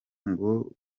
ngo